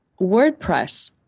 WordPress